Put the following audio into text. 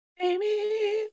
Amy